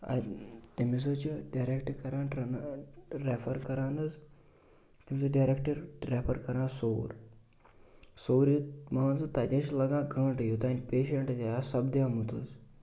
اَ تٔمِس حظ چھِ ڈیریکٹ کَران ٹَرن ریفَر کَران حظ تٔمِس حظ چھِ ڈیریکٹ ریفَر کَران سوٚوُر سوٚوُرِ مان ژٕ تَتہِ حظ چھِ لَگان گنٛٹہٕ یوٚتانۍ پیشَنٛٹ تہِ آس سپدیٛومُت حظ